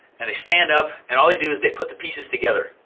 and they stand up and all they do is they put the pieces together.